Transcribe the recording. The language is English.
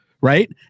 right